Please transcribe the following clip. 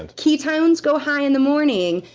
and ketones go high in the morning.